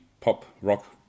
pop-rock